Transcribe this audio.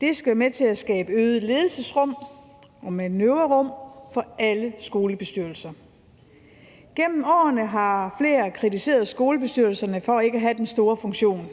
Det skal være med til at skabe øget ledelsesrum og manøvrerum for alle skolebestyrelser. Gennem årene har flere kritiseret skolebestyrelserne for ikke at have den store funktion –